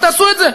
תעשו את זה.